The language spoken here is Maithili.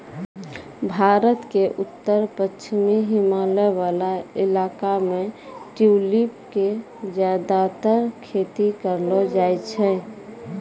भारत के उत्तर पश्चिमी हिमालय वाला इलाका मॅ ट्यूलिप के ज्यादातर खेती करलो जाय छै